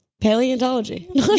paleontology